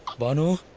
banu!